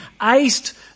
aced